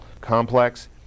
complex